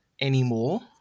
Anymore